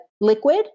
liquid